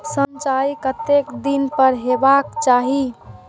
सिंचाई कतेक दिन पर हेबाक चाही?